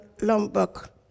Lombok